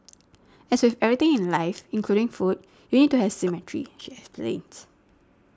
as with everything in life including food you need to have symmetry she explains